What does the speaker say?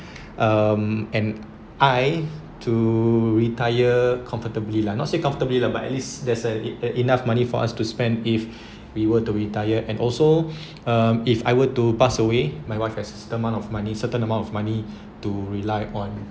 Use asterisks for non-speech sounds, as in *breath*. *breath* um and I to retire comfortably lah not say comfortably lah but at least there's a e~ enough money for us to spend if *breath* we were to retire and also *breath* um if I were to pass away my wife has certain of money certain amount of money to rely on